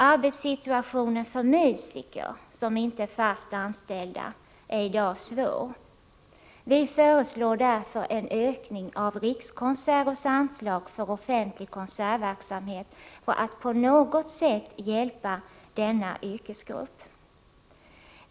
Arbetssituationen för musiker som inte är fast anställda är i dag svår. Vi föreslår en ökning av Rikskonserters anslag för offentlig konsertverksamhet för att på något sätt hjälpa denna yrkesgrupp.